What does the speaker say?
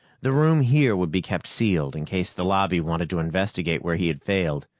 the room here would be kept sealed, in case the lobby wanted to investigate where he had failed.